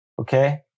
Okay